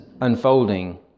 unfolding